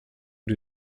die